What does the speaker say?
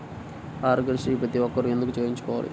ఆరోగ్యశ్రీ ప్రతి ఒక్కరూ ఎందుకు చేయించుకోవాలి?